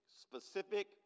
specific